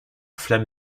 flamme